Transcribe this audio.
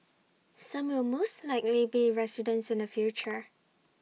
some will most likely be residents in the future